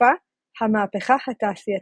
בתקופת ה"מהפכה התעשייתית".